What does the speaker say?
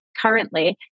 currently